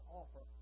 offer